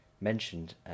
mentioned